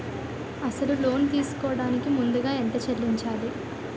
అసలు లోన్ తీసుకోడానికి ముందుగా ఎంత చెల్లించాలి?